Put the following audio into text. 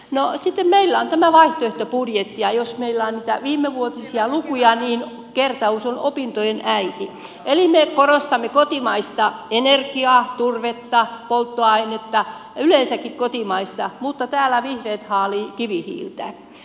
no sitten meillä on tämä vaihtoehtobudjetti ja jos meillä on niitä viimevuotisia lukuja niin kertaus on opintojen äiti eli me korostamme kotimaista energiaa turvetta polttoainetta yleensäkin kotimaista mutta täällä vihreät haalivat kivihiiltä